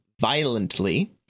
violently